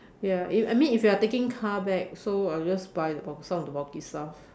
ya if I mean if you are taking car back so I just buy the bulk some of the bulky stuff